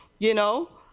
you know?